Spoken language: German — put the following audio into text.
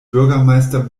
bürgermeister